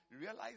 realize